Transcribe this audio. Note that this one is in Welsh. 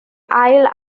ail